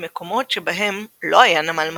במקומות שבהם לא היה נמל מתאים,